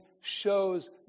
shows